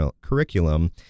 curriculum